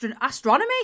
astronomy